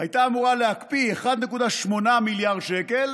הייתה אמורה להקפיא 1.8 מיליארד שקל